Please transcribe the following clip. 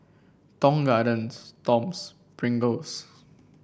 Tong Gardens Toms Pringles